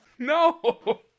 No